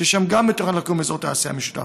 ששם גם מתוכנן לקום אזור תעשייה משותף.